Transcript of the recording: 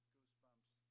Goosebumps